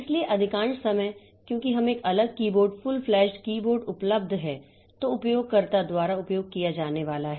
इसलिए अधिकांश समय क्योंकि हमें एक अलग कीबोर्ड फुल फ्लेग्ड कीबोर्ड उपलब्ध है जो उपयोगकर्ता द्वारा उपयोग किया जाने वाला है